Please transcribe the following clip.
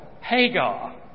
Hagar